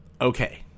Okay